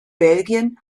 belgien